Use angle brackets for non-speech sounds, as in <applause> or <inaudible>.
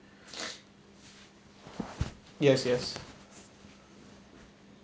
<breath> yes yes